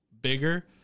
bigger